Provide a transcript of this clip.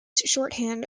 shorthand